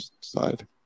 side